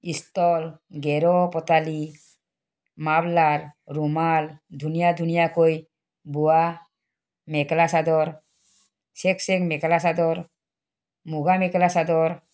stall গেৰুৱা পঠালি muffler ৰুমাল ধুনীয়া ধুনীয়াকৈ বোৱা মেখেলা চাদৰ চেক চেক মেখেলা চাদৰ মূগা মেখেলা চাদৰ